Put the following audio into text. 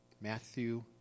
Matthew